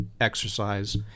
exercise